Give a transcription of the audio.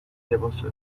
لباسو